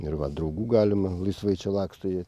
ir va draugų galima laisvai čia laksto jie